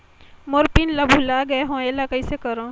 मोर pin ला भुला गे हो एला कइसे करो?